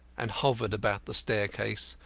and hovered about the staircase,